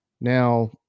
Now